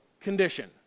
condition